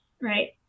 right